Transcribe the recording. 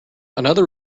another